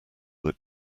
that